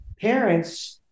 parents